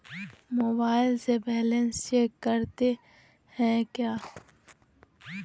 Mobile से balance check करते हैं क्या?